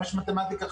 5 מתמטיקה,